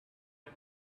and